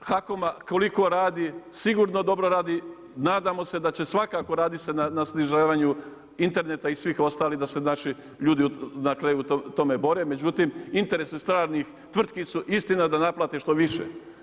HAKOM-a, koliko radi, sigurno dobro radi, nadamo se da će svakako raditi sa snižavanju interneta i svih ostalih da se naši ljudi na kraju tome bore, međutim, interesi stranih tvrtki su istina da naplate što više.